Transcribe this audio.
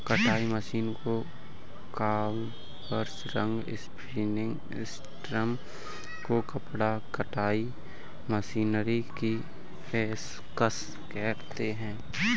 कताई मशीनों को कॉम्बर्स, रिंग स्पिनिंग सिस्टम को कपड़ा कताई मशीनरी की पेशकश करते हैं